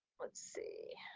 let's see.